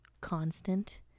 constant